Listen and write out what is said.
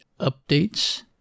updates